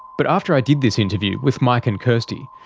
but after i did this interview with mike and kirstie,